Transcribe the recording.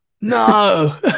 No